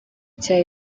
cya